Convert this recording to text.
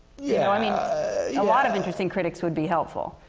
yeah i mean yeah. a lot of interesting critics would be helpful.